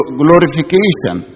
glorification